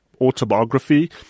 autobiography